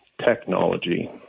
technology